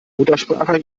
muttersprache